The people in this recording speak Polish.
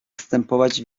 zastępować